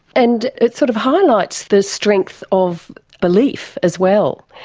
and it sort of highlights the strength of belief as well.